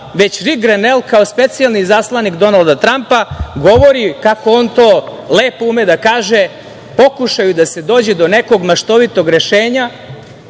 već Ri Grenel, kao specijalni izaslanik Donalda Trampa, govori o, kako on to lepo ume da kaže, pokušaju da se dođe do nekog maštovitog rešenja